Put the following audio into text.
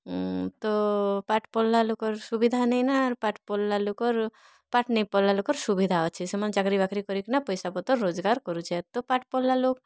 ତ ପାଠ୍ ପଢ଼ିଲା ଲୋକ୍ର ସୁବିଧା ନେଇ ନା ଆର୍ ପାଠ୍ ପଢ଼ିଲା ଲୋକର୍ ପାଠ୍ ନେଇ ପଢ଼ିଲା ଲୋକର୍ ସୁବିଧା ଅଛେ ସେମାନେ ଚାକିରି ବାକିରି କରିକିନା ପଇସା ପତର୍ ରୋଜଗାର୍ କରୁଛି ତ ପାଠ ପଢ଼ିଲା ଲୋକ୍